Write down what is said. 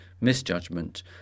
misjudgment